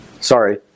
sorry